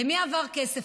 למי עבר כסף?